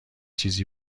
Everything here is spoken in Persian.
چیزی